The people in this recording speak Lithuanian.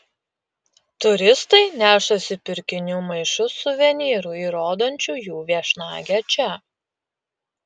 turistai nešasi pirkinių maišus suvenyrų įrodančių jų viešnagę čia